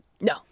No